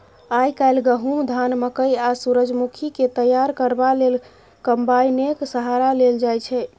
आइ काल्हि गहुम, धान, मकय आ सूरजमुखीकेँ तैयार करबा लेल कंबाइनेक सहारा लेल जाइ छै